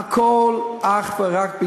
הכול אך ורק,